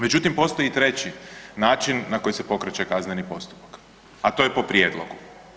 Međutim postoji i treći način na koji se pokreće kazneni postupak, a to je po prijedlogu.